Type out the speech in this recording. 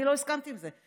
אני לא הסכמתי עם זה.